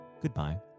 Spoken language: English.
goodbye